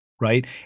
right